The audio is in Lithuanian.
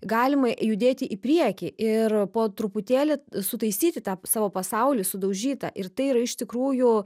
galima judėti į priekį ir po truputėlį sutaisyti tą savo pasaulį sudaužytą ir tai yra iš tikrųjų